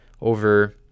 over